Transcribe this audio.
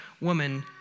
woman